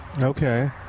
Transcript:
Okay